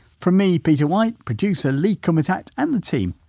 from me, peter white, producer lee kumutat and the team,